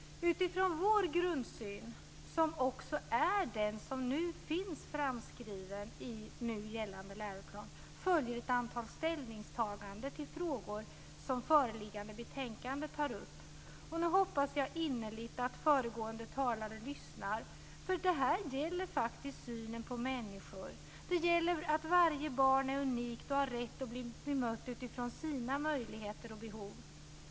Utifrån vår grundsyn, som också är den som finns framskriven i nu gällande läroplan, följer ett antal ställningstaganden till frågor som föreliggande betänkande tar upp. Nu hoppas jag innerligt att föregående talare lyssnar. Det här gäller synen på människor. Varje barn är unikt och har rätt att bli bemött utifrån sina möjligheter och behov.